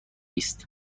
است